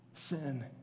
sin